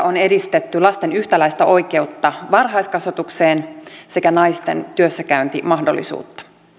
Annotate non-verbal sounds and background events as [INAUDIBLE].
[UNINTELLIGIBLE] on edistetty lasten yhtäläistä oikeutta varhaiskasvatukseen sekä naisten työssäkäyntimahdollisuutta